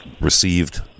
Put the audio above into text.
received